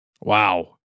Wow